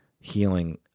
healing